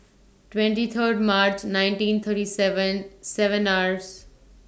twenty Third March nineteen thirty seven seven hours